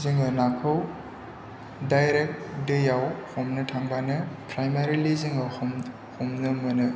जोङो नाखौ डायरेक्ट दैयाव हमनो थांबानो प्राइमारिलि जोङो हमनो मोनो